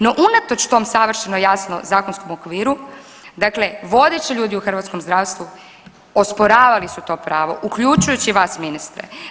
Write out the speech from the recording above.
No unatoč tom savršeno jasnom zakonskom okviru vodeći ljudi u hrvatskom zdravstvu osporavali su to pravo, uključujući i vas ministre.